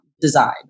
design